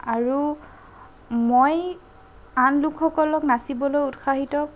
আৰু মই আন লোকসকলক নাচিবলৈ উৎসাহিত